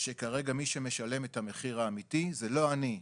שכרגע מי שמשלם את המחיר האמיתי זה לא אני ,